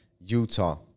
Utah